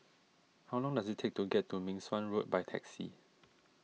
how long does it take to get to Meng Suan Road by taxi